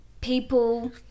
people